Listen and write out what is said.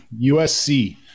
USC